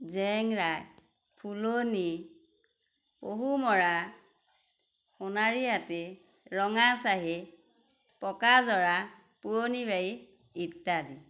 জেংৰাই ফুলনি পহুমৰা সোণাৰীআটি ৰঙাচাহী পকাজৰা পুৰণিবাৰী ইত্যাদি